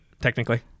technically